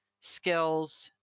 skills